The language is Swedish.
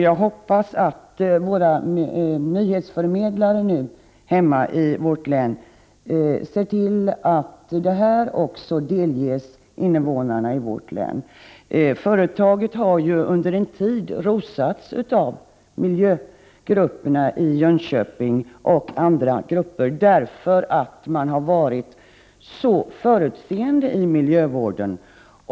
Jag hoppas att våra nyhetsförmedlare hemma i länet ser till att detta också delges invånarna. Företaget har ju under en tid rosats av miljögrupper i Jönköping och andra grupper för att man har varit så förutseende när det gällt miljövården.